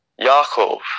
Yaakov